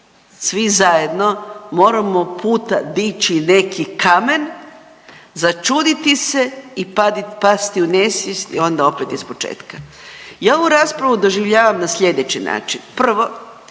svi zajedno moramo puta dići neki kamen, začuditi se i pasti u nesvijest i onda opet ispočetka. Ja ovu raspravu doživljavam na sljedeći način?